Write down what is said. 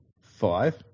five